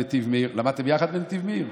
למדתם יחד בנתיב מאיר?